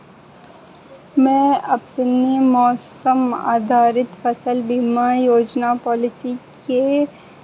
मैं अपनी मौसम आधारित फ़सल बीमा योजना पॉलिसी के